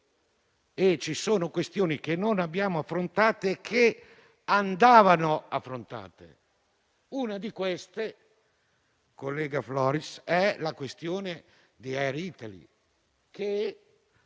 ci sono questioni che non abbiamo trattato e che invece andavano affrontate. Una di queste, collega Floris, è la questione di Air Italy, su